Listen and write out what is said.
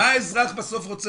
מה האזרח בסוף רוצה?